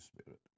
Spirit